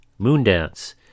Moondance